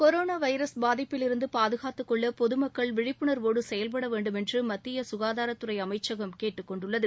corona virus பாதிப்பில் இருந்து பாதுகாத்துக்கொள்ள பொது மக்கள் விழிப்புணர்வோடு செயல்பட வேண்டும் என்று மத்திய சுகாதாரத் துறை அமைச்சகம் கேட்டுக்கொண்டுள்ளது